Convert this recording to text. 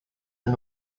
and